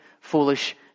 foolish